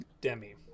Demi